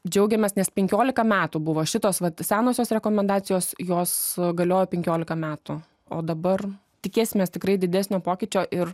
džiaugiamės nes penkiolika metų buvo šitos vat senosios rekomendacijos jos galioja penkiolika metų o dabar tikėsimės tikrai didesnio pokyčio ir